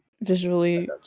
visually